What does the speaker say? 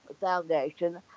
Foundation